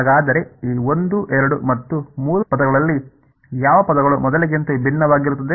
ಹಾಗಾದರೆ ಈ ಒಂದು ಎರಡು ಮತ್ತು ಮೂರು ಪದಗಳಲ್ಲಿ ಯಾವ ಪದಗಳು ಮೊದಲಿಗಿಂತ ವಿಭಿನ್ನವಾಗಿರುತ್ತದೆ